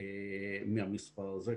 מהמספר הזה.